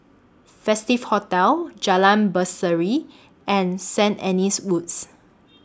Festive Hotel Jalan Berseri and Saint Anne's Woods